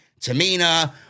Tamina